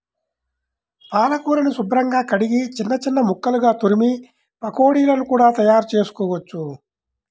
పాలకూరని శుభ్రంగా కడిగి చిన్న చిన్న ముక్కలుగా తురిమి పకోడీలను కూడా తయారుచేసుకోవచ్చు